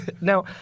now